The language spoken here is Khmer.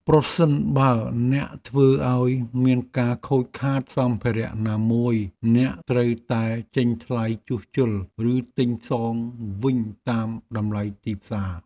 ប្រសិនបើអ្នកធ្វើឱ្យមានការខូចខាតសម្ភារៈណាមួយអ្នកត្រូវតែចេញថ្លៃជួសជុលឬទិញសងវិញតាមតម្លៃទីផ្សារ។